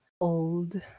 old